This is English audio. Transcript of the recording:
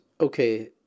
okay